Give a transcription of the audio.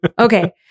Okay